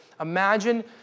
Imagine